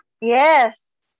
Yes